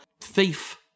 thief